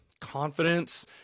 confidence